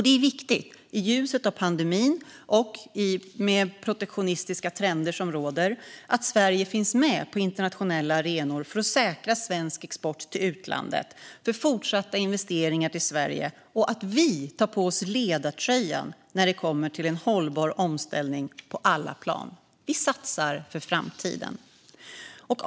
Det är viktigt i ljuset av pandemin och de protektionistiska trender som råder att Sverige finns med på internationella arenor för att säkra svensk export till utlandet och fortsatta investeringar till Sverige och att vi tar på oss ledartröjan när det gäller hållbar omställning på alla plan. Vi satsar för framtiden.